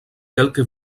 quelques